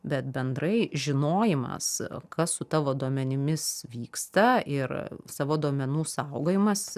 bet bendrai žinojimas kas su tavo duomenimis vyksta ir savo duomenų saugojimas